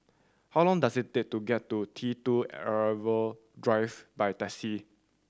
how long does it take to get to T Two Arrival Drive by taxi